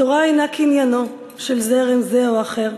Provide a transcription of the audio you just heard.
התורה אינה קניינו של זרם זה או אחר.